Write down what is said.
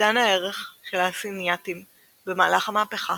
אובדן הערך של האסינייאטים במהלך המהפכה